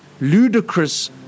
ludicrous